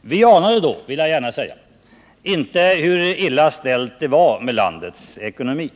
Vi anade då inte hur illa ställt det var med landets ekonomi.